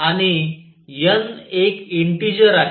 आणि n एक integer आहे